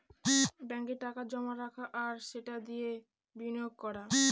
ব্যাঙ্কে টাকা জমা রাখা আর সেটা দিয়ে বিনিয়োগ করা